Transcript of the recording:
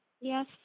Yes